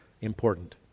important